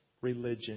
religion